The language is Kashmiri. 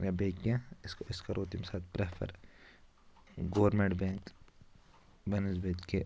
یا بیٚیہِ کیٚنٛہہ أسۍ کرو تَمہِ ساتہٕ پرٛیٚفر گورمیٚنٛٹ بیٚنٛک بنسبتہ کہِ